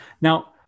Now